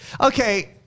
okay